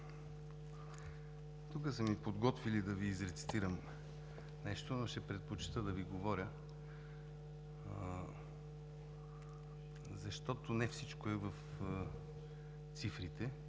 тук са ми подготвили да Ви изрецитирам нещо, но ще предпочета да Ви говоря, защото не всичко е в цифрите.